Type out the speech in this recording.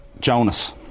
Jonas